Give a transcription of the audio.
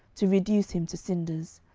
to reduce him to cinders.